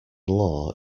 law